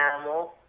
animal